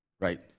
right